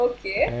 Okay